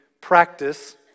practice